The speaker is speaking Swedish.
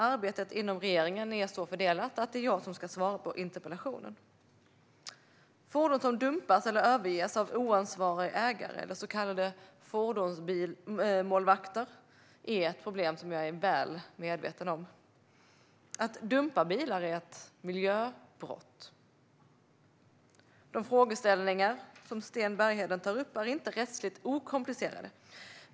Arbetet inom regeringen är så fördelat att det är jag som ska svara på interpellationen. Fordon som dumpas eller överges av oansvariga ägare eller så kallade fordonsmålvakter är ett problem som jag är väl medveten om. Att dumpa bilar är ett miljöbrott. De frågeställningar som Sten Bergheden tar upp är inte rättsligt okomplicerade.